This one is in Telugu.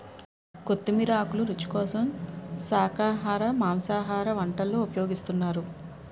కొత్తిమీర ఆకులు రుచి కోసం శాఖాహార మాంసాహార వంటల్లో ఉపయోగిస్తున్నారు